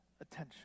attention